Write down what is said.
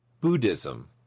Buddhism